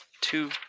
two